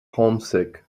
homesick